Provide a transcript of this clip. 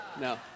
No